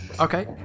Okay